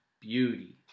beauty